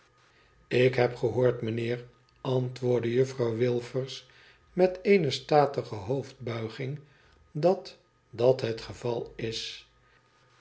ik heb gehoord mijnheer antwoordde juffi ouw wilfer met eene statige boofdbuiging dat dat het geval is